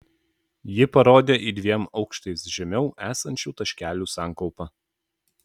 ji parodė į dviem aukštais žemiau esančių taškelių sankaupą